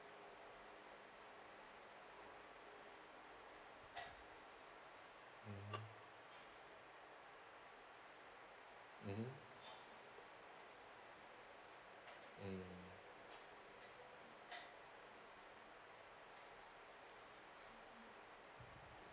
mm mmhmm mm